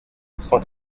cent